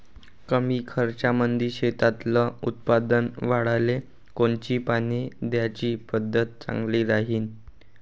कमी खर्चामंदी शेतातलं उत्पादन वाढाले कोनची पानी द्याची पद्धत चांगली राहीन?